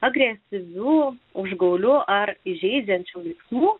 agresyvių užgaulių ar įžeidžiančių veiksmų